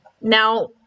Now